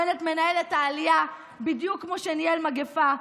בנט מנהל את העלייה בדיוק כמו שניהל מגפה,